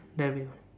that would be